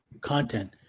content